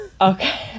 okay